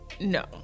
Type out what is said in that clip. No